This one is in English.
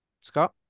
Scott